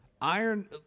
Iron